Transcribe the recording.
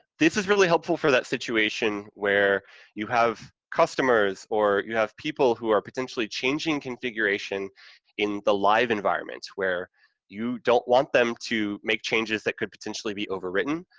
this is really helpful for that situation where you have customers or you have people who are potentially changing configuration in the live environment, where you don't want them to make changes that could potentially be overwritten,